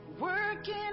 Working